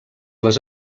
les